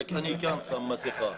סתם אני שם מסכה.